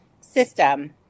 system